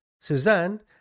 Suzanne